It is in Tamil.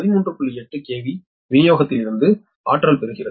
8 KV விநியோகத்திலிருந்து ஆற்றல் பெறுகிறது